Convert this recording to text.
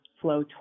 flow